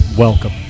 Welcome